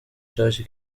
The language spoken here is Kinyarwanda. church